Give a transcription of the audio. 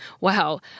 Wow